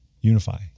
Unify